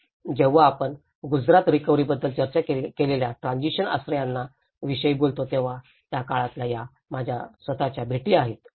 तर जेव्हा आपण गुजरात रिकव्हरीबद्दल चर्चा केलेल्या ट्रॅजिशन आश्रयस्थानां विषयी बोलतो तेव्हा त्या काळातल्या या माझ्या स्वत च्या भेटी आहेत